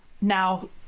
now